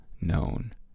known